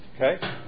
okay